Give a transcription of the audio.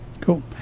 Cool